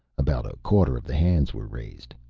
about a quarter of the hands were raised.